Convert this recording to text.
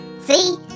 See